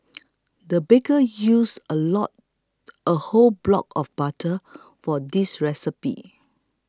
the baker used a lot a whole block of butter for this recipe